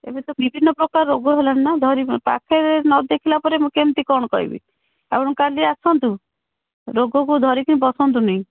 ଏବେ ତ ବିଭିନ୍ନ ପ୍ରକାର ରୋଗ ହେଲାଣି ନା ଧରି ପାଖରେ ନଦେଖିଲା ପରେ ମୁଁ କେମିତି କ'ଣ କହିବି ଆଉ କାଲି ଆସନ୍ତୁ ରୋଗକୁ ଧରିକି ବସନ୍ତୁନି